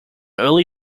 early